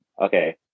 Okay